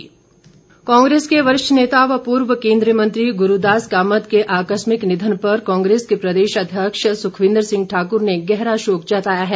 निधन कांग्रेस के वरिष्ठ नेता व पूर्व केन्द्रीय मंत्री गुरूदास कामत के आकस्मिक निधन पर कांग्रेस के प्रदेश अध्यक्ष सुखविन्दर सिंह ठाकुर ने गहरा शोक जताया है